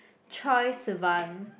Troye Sivan